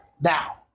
now